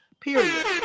Period